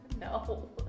No